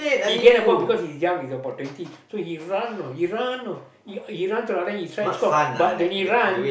he get the ball because he young he's about twenty so he run you know he run know he run to the other end he try and score but when he run